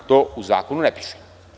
To u zakonu ne piše.